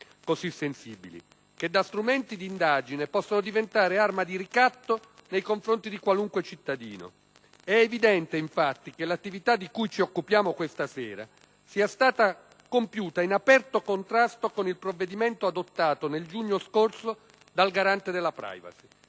così sensibili, che da strumenti di indagine possono diventare arma di ricatto nei confronti di qualunque cittadino. È evidente, infatti, che l'attività di cui ci occupiamo questa sera sia stata compiuta in aperto contrasto con il provvedimento adottato nel giugno scorso dal Garante della *privacy*